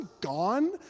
gone